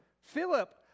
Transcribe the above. Philip